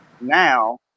now